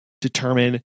determine